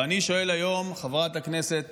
ואני שואל היום, חברת הכנסת